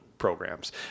Programs